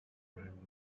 him